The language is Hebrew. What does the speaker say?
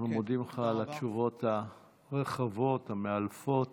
אנחנו מודים לך על התשובות הרחבות, המאלפות.